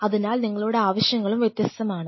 അതിനാൽ നിങ്ങളുടെ ആവശ്യങ്ങളും വ്യത്യസ്തമാണ്